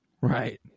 Right